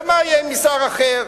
ומה יהיה עם שר אחר?